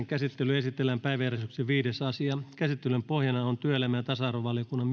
käsittelyyn esitellään päiväjärjestyksen viides asia käsittelyn pohjana on työelämä ja tasa arvovaliokunnan